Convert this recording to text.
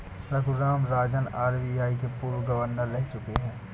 Raghuram Rajan RBI के पूर्व governor रह चुके हैं